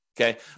Okay